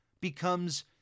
becomes